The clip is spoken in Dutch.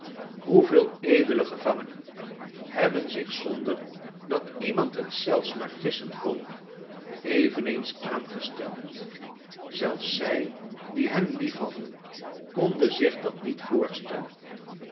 hoeveel edele gevangenen hebben zich zonder dat iemand het zelfs maar gissen kon eveneens aangesteld zelfs zij die hen liei'hadden konden zich dat niet voorstellen